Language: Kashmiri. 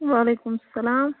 وعلیکُم السَلام